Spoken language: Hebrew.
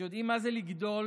שיודעים מה זה לגדול